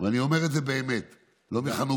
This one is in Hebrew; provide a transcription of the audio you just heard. ואני אומר את זה באמת, לא מחנופה.